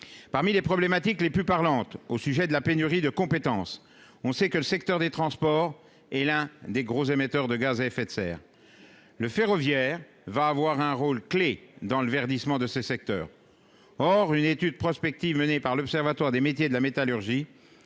parmi les problématiques les plus parlante au sujet de la pénurie de compétences, on sait que le secteur des transports et l'un des gros émetteurs de gaz à effet de serre le ferroviaire va avoir un rôle clé dans le verdissement de ces secteurs, or une étude prospective menée par l'Observatoire des métiers de la métallurgie